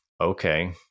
Okay